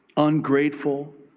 ungrateful,